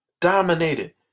Dominated